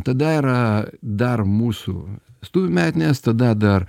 tada yra dar mūsų vestuvių metines tada dar